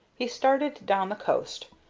he started down the coast,